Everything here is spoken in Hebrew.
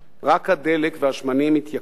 רק הדלק והשמנים התייקרו